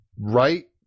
right